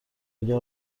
اگر